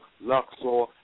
Luxor